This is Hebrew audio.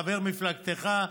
חבר מפלגתך,